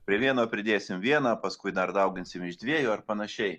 prie vieno pridėsim vieną paskui dar dauginsim iš dviejų ar panašiai